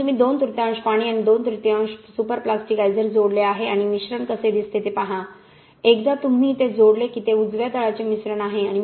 म्हणून तुम्ही दोन तृतीयांश पाणी आणि दोन तृतीयांश सुपरप्लास्टिकायझर जोडले आहे आणि मिश्रण कसे दिसते ते पहा एकदा तुम्ही ते जोडले की ते उजवे तळाचे मिश्रण आहे